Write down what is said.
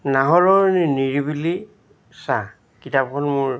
নাহৰ নিৰিবিলি ছাঁ কিতাপখন মোৰ